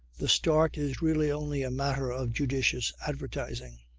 the start is really only a matter of judicious advertising.